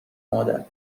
مادر